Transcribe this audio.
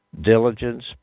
Diligence